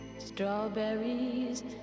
strawberries